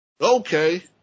Okay